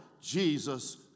Jesus